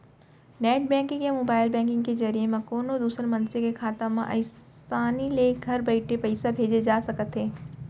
net banking या mobile banking के जरिए म कोनों दूसर मनसे के खाता म आसानी ले घर बइठे पइसा भेजे जा सकत हे